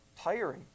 tiring